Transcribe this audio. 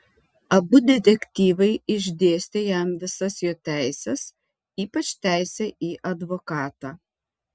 abu detektyvai išdėstė jam visas jo teises ypač teisę į advokatą